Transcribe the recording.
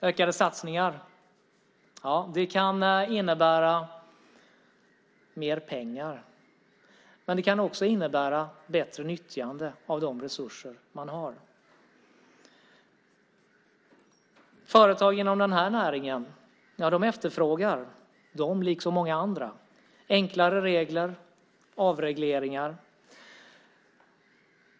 Ökade satsningar kan innebära mer pengar. Men det kan också innebära bättre nyttjande av de resurser man har. Företag inom den här näringen efterfrågar, de liksom många andra, enklare regler och avregleringar.